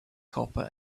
copper